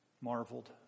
marveled